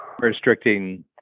restricting